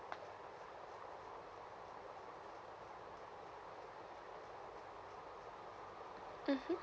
mmhmm